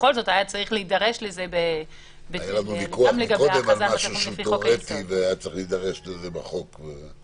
בכל זאת היה צריך להידרש לזה גם לגבי הכרזה לפי חוק היסוד.